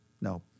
no